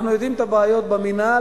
אנחנו יודעים את הבעיות במינהל,